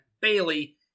Bailey